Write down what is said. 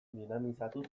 dinamizatu